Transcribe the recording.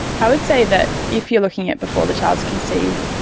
i would say that if you are looking at before the child is conceived,